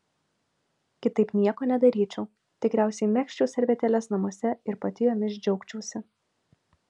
kitaip nieko nedaryčiau tikriausiai megzčiau servetėles namuose ir pati jomis džiaugčiausi